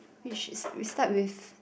which we start with